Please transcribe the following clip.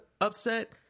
upset